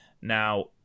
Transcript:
Now